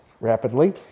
rapidly